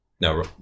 No